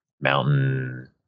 mountain